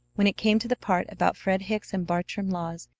when it came to the part about fred hicks and bartram laws,